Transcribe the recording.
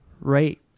right